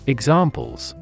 Examples